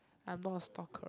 I'm not a stalker